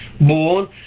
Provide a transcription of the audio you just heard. born